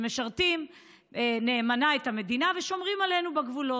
שמשרתים נאמנה את המדינה ושומרים עלינו בגבול,